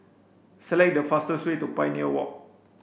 select the fastest way to Pioneer Walk